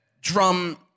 Drum